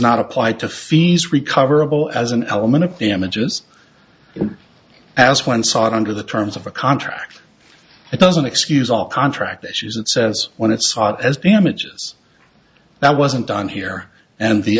not apply to fees recoverable as an element of damages as one sought under the terms of a contract it doesn't excuse all contract issues and says when it's hot as damages that wasn't done here and the